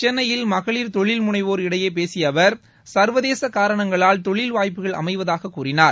சென்னையில் மகளிர் தொழில் முனைவோர் இடையே பேசிய அவர் சர்வதேச காரணங்களால் தொழில் வாய்ப்புகள் அமைவதாகக் கூறினார்